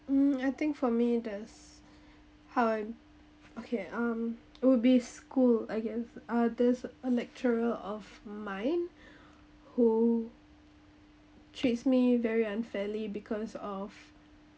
hmm I think for me there's how I'm okay um would be school I guess uh there's a lecturer of mine who treats me very unfairly because of